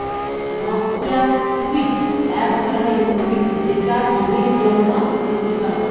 noxious weed এক ধরণের উদ্ভিদ যেটা জমির জন্যে ক্ষতিকারক